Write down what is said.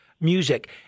music